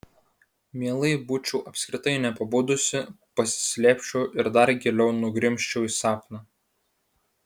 mielai būčiau apskritai nepabudusi pasislėpčiau ir dar giliau nugrimzčiau į sapną